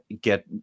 get